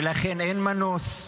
ולכן אין מנוס,